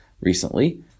recently